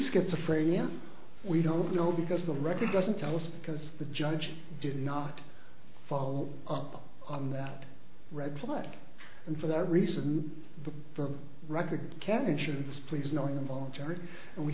schizophrenia we don't know because the record doesn't tell us because the judge did not follow up on that red flag and for that reason the firm record can insurance please no involuntary and we